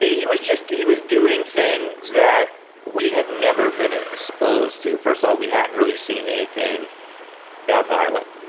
yeah he was just, he was doing things that we had never been exposed to. first of all, we hadn't really seen anything that violent.